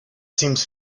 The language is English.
seems